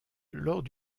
lors